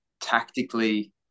tactically